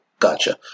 Gotcha